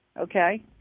Okay